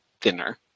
thinner